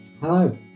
Hello